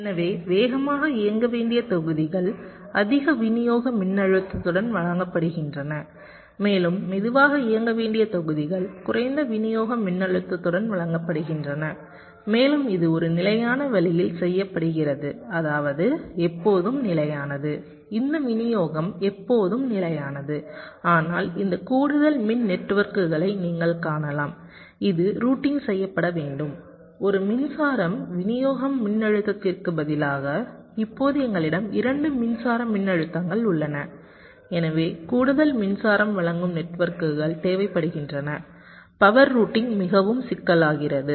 எனவே வேகமாக இயங்க வேண்டிய தொகுதிகள் அதிக விநியோக மின்னழுத்தத்துடன் வழங்கப்படுகின்றன மேலும் மெதுவாக இயங்க வேண்டிய தொகுதிகள் குறைந்த விநியோக மின்னழுத்தத்துடன் வழங்கப்படுகின்றன மேலும் இது ஒரு நிலையான வழியில் செய்யப்படுகிறது அதாவது எப்போதும் நிலையானது இந்த விநியோகம் எப்போதும் நிலையானது ஆனால் இந்த கூடுதல் மின் நெட்வொர்க்குகளை நீங்கள் காணலாம் இது ரூட்டிங் செய்யப்பட வேண்டும் ஒரு மின்சாரம் விநியோக மின்னழுத்தத்திற்கு பதிலாக இப்போது எங்களிடம் இரண்டு மின்சாரம் மின்னழுத்தங்கள் உள்ளன எனவே கூடுதல் மின்சாரம் வழங்கும் நெட்வொர்க்குகள் தேவைப்படுகின்றன பவர் ரூட்டிங் மிகவும் சிக்கலாகிறது